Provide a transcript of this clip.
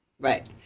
Right